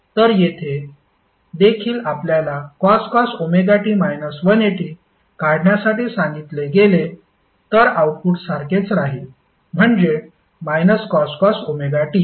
तर येथे देखील आपल्याला cos ωt 180 काढण्यासाठी सांगितले गेले तर आउटपुट सारखेच राहील म्हणजे cos ωt